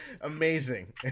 Amazing